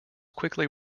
quickly